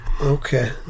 Okay